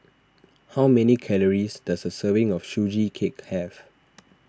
how many calories does a serving of Sugee Cake have